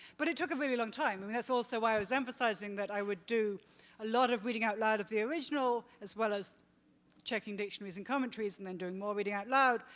but it took a really long time. and that's also why i was emphasizing that i would do a lot of reading out loud of the original as well as checking dictionaries and commentaries and then doing more reading out loud.